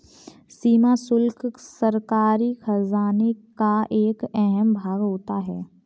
सीमा शुल्क सरकारी खजाने का एक अहम भाग होता है